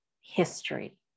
history